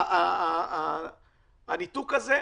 הניתוק הזה,